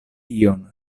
ion